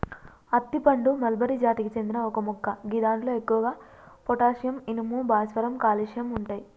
అత్తి పండు మల్బరి జాతికి చెందిన ఒక మొక్క గిదాంట్లో ఎక్కువగా పొటాషియం, ఇనుము, భాస్వరం, కాల్షియం ఉంటయి